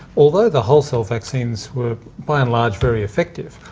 although the whole-cell vaccines were, by and large, very effective,